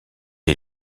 est